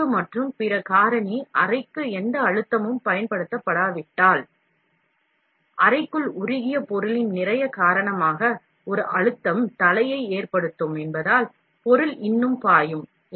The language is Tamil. ஈர்ப்பு மற்றும் பிற காரணி அறைக்கு எந்த அழுத்தமும் பயன்படுத்தப்படாவிட்டால் அறைக்குள் உருகிய பொருளின் நிறை காரணமாக ஒரு அழுத்தம் தலையை ஏற்படுத்தும் என்பதால் பொருள் இன்னும் பாயும்